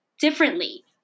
differently